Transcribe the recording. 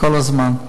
כל הזמן.